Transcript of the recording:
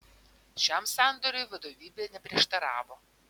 šiam sandoriui vadovybė neprieštaravo